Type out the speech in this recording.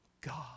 God